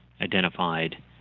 identified